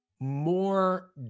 More